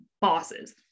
bosses